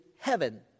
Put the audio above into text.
heaven